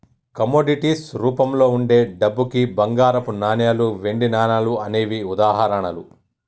commodities రూపంలో వుండే డబ్బుకి బంగారపు నాణాలు, వెండి నాణాలు అనేవే ఉదాహరణలు